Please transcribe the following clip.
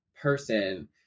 person